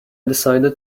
decided